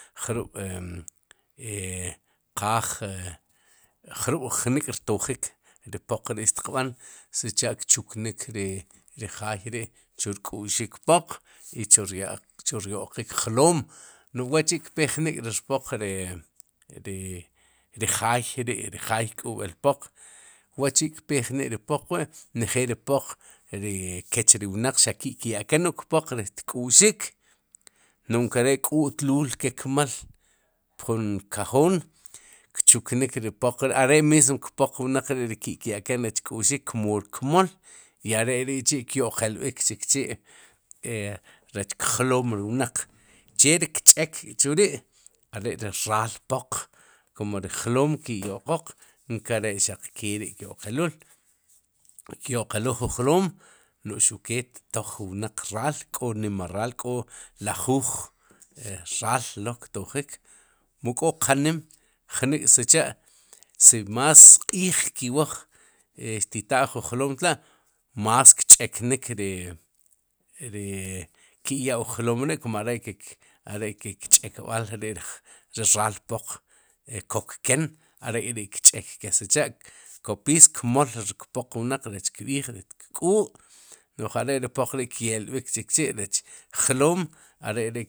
Jrub' e qaaj e jrub'jnik' rtojik ri pooq ri'xtiqb'an sichá kchuknik ri jaay ri'chu rk'uxik pooq i chu ryo'qik jloom, núj wa'chi'kpetik jnik'ri rpoq ri jaay ri'ri k'ub'al poq waachi'kpe jnik'ri poq wi' njel ri poq njeel ri poq kech ri wnaq xaq ki' kya'ken ri kpoq xaq tk'uxik nu'j inkere k'utluul ke kmal pjun kajoon kchuknik ri poq ri'are mis ri poq wnaq ri' ri ke kya'ken rech kk'u'rix rech kmool i are'ri'chi' kyo'qelb'ik chik chi' e rech kjloom ri wnaq che ri kch'ak chu ri' are'ri raal poq kum ri jloom ke yo'qok nkere'xaq keri'tyo'qelul kyoqelul jun jloom no'j xuq ke xtoj wnaq raal xuqke k'o nima raal, k'o lajuuj raal lo' ktojik mu k'o qanim, jnik'sichá si más q'iij kiwaj e xtitaa jun jlom tla' más kch'eknik ri ri ki'yaw jloom ri kum are' ke' are'ke kch'akb'al ri' ri raal poq e kokken are ri 'ke kch'ak ke sicha' kopiis kmol ri rpoq wnaq rech kb'iix rech tik'uu no'j are ri poq ri kye'lb'ik chikchi' rech chjloom, are'ri.